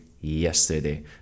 yesterday